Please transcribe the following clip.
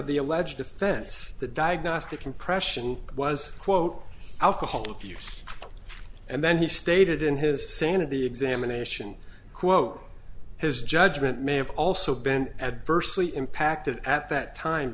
the alleged offense the diagnostic compression was quote alcohol abuse and then he stated in his sanity examination quote his judgment may have also been adversely impacted at that time